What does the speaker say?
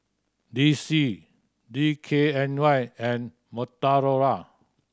D C D K N Y and Motorola